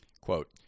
Quote